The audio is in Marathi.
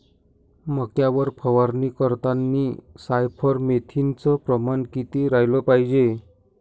मक्यावर फवारनी करतांनी सायफर मेथ्रीनचं प्रमान किती रायलं पायजे?